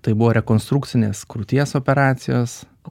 tai buvo rekonstrukcinės krūties operacijos o